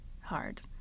hard